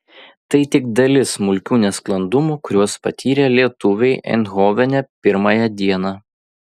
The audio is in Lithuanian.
tai tik dalis smulkių nesklandumų kuriuos patyrė lietuviai eindhovene pirmąją dieną